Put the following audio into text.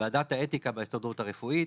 ועדת האתיקה בהסתדרות הרפואית,